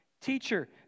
Teacher